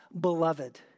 beloved